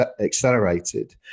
accelerated